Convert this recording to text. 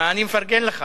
מה, אני מפרגן לך.